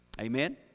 Amen